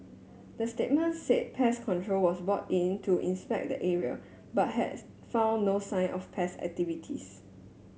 the statement said pest control was brought in to inspect the area but has found no sign of pest activities